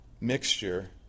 mixture